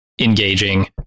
engaging